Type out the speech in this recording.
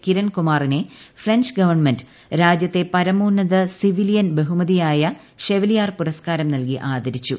കിരൺകുമാറിനെ French government രാജ്യൂര്ത്ത് പ്രമോന്നത civilian ബഹുമതിയായ ഷെവലിയർ പുരസ്കാരം നൽകീ ആദരിച്ചു